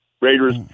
Raiders